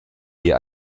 wie